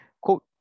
Quote